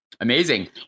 Amazing